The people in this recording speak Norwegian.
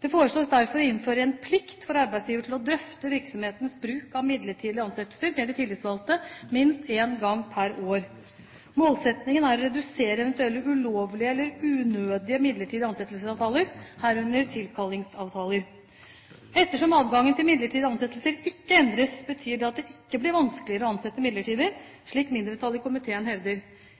Det foreslås derfor å innføre en plikt for arbeidsgiver til å drøfte virksomhetens bruk av midlertidige ansettelser med de tillitsvalgte minst én gang pr. år. Målsettingen er å redusere eventuelle ulovlige eller unødige midlertidige ansettelsesavtaler, herunder tilkallingsavtaler. Ettersom adgangen til midlertidige ansettelser ikke endres, betyr det at det ikke blir vanskeligere å ansette midlertidig, slik mindretallet i komiteen hevder.